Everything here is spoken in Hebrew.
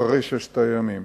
אחרי ששת הימים,